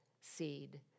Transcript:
seed